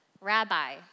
Rabbi